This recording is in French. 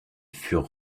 furent